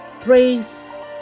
praise